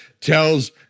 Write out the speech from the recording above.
tells